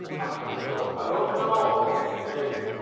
accessing door i've opened a door yay